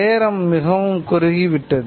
நேரம் மிகவும் குறுகி விட்டது